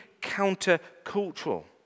counter-cultural